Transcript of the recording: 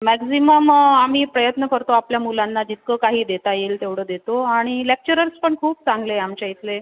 maximum आम्ही प्रयत्न करतो आपल्या मुलांना जितकं काही देता येईल तेवढं देतो आणि लेक्चरर्स पण खूप चांगले आहे आमच्या इथले